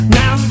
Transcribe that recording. now